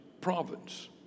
province